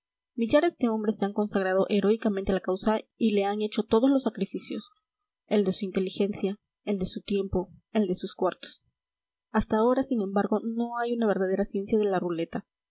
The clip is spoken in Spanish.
millares de hombres se han consagrado heroicamente a la causa y le han hecho todos los sacrificios el de su inteligencia el de su tiempo el de sus cuartos hasta ahora sin embargo no hay una verdadera ciencia de la ruleta